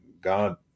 God